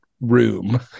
room